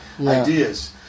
ideas